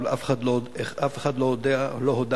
אבל אף אחד לא הודה לה.